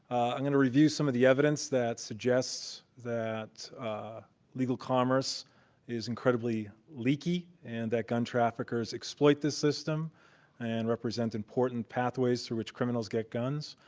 i'm going to review some of the evidence that suggests that legal commerce is incredibly leaky and that gun traffickers exploit this system and represent important pathways through which criminals get guns.